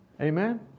Amen